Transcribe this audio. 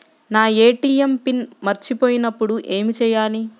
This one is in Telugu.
నా ఏ.టీ.ఎం పిన్ మర్చిపోయినప్పుడు ఏమి చేయాలి?